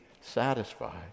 satisfied